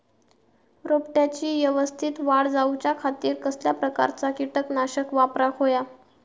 रोपट्याची यवस्तित वाढ जाऊच्या खातीर कसल्या प्रकारचा किटकनाशक वापराक होया?